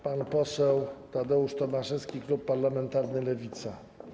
Pan poseł Tadeusz Tomaszewski, klub parlamentarny Lewica.